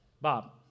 Bob